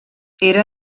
era